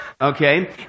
Okay